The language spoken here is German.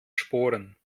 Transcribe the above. sporen